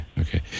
Okay